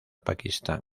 pakistán